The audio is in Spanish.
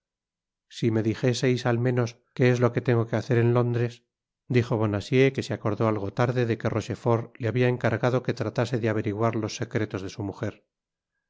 si me dijeseis al menos qué es lo que tengo que hacer en lóndres dijo bonacieux que se acordó algo tarde de que rochefort le habia encargado que tratase de averiguar los secretos de su mujer